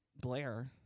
Blair